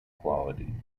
quality